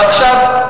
ועכשיו,